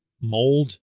mold